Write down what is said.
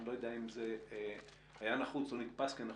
אני לא יודע אם זה היה נחוץ או נתפס כנחוץ,